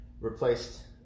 Replaced